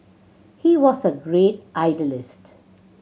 he was a great idealist